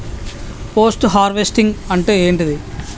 Post harvesting అంటే ఏంటిది?